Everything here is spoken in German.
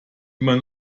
immer